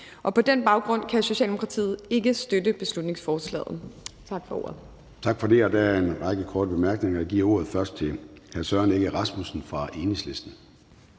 og på den baggrund kan Socialdemokratiet ikke støtte beslutningsforslaget.